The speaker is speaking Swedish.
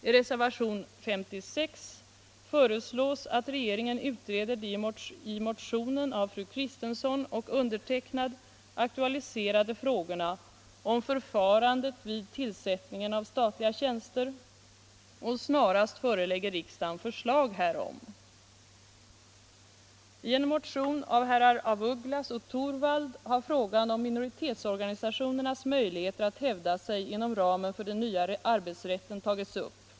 I reservationen 56 föreslås att regeringen utreder de i motionen av fru Kristensson och mig aktualiserade frågorna om förfarandet vid tillsättning av statliga tjänster och snarast förelägger riksdagen förslag härom. I en motion av herrar af Ugglas och Torwald har frågan om minoritetsorganisationernas möjligheter att hävda sig inom ramen för den nya arbetsrätten tagits upp.